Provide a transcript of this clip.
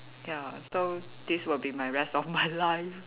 ya so this will be my rest of my life